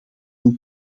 een